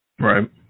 Right